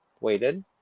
waited